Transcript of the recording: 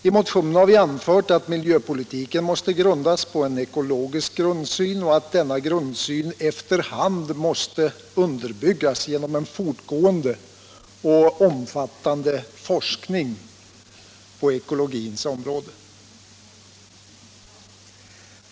I motionen har vi anfört att miljöpolitiken måste grundas på en ekologisk grundsyn och att denna grundsyn efter hand måste underbyggas genom en fortgående och omfattande forskning på ekologins område.